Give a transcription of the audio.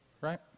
Right